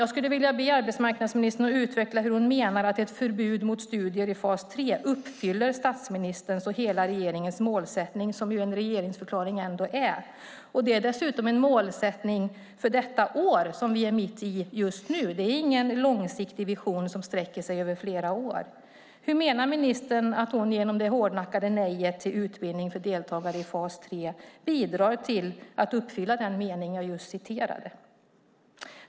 Jag skulle vilja be arbetsmarknadsministern utveckla hur hon menar att ett förbud mot studier i fas 3 uppfyller statsministerns och hela regeringens målsättning, som ju en regeringsförklaring ändå är. Det är dessutom en målsättning för det år vi befinner oss mitt i just nu. Det är ingen långsiktig vision som sträcker sig över flera år. Hur menar ministern att hon genom det hårdnackade nejet till utbildning för deltagare i fas 3 bidrar till att uppfylla den mening jag tog upp här?